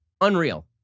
Unreal